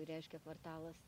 reiškia kvartalas